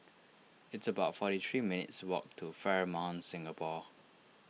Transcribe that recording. it's about forty three minutes' walk to Fairmont Singapore